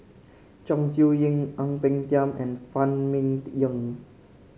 Chong Siew Ying Ang Peng Tiam and Phan Ming Yen